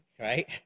right